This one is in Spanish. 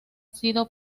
sido